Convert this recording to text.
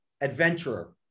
adventurer